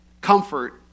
Comfort